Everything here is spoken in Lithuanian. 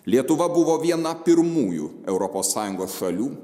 lietuva buvo viena pirmųjų europos sąjungos šalių